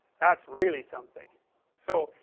that's really something so,